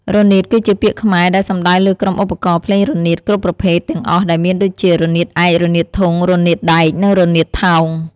រនាតគឺជាពាក្យខ្មែរដែលសំដៅលើក្រុមឧបករណ៍ភ្លេងរនាតគ្រប់ប្រភេទទាំងអស់ដែលមានដូចជា រនាតឯក រនាតធុង រនាតដែក និងរនាតថោង។